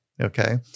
Okay